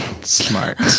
Smart